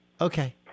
Okay